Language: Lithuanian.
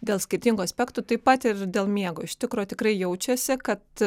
dėl skirtingų aspektų taip pat ir dėl miego iš tikro tikrai jaučiasi kad